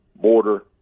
border